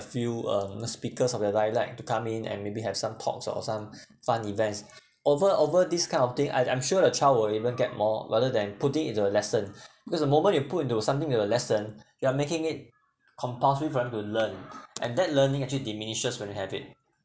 few um speakers of the dialect to come in and maybe have some talks or some fun events over over these kind of thing I I'm sure the child will even get more rather than putting into a lesson because the moment you put into something into a lesson you are making it compulsory for them to learn and that learning actually diminishes when they have it